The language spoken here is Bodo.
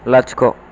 लाथिख'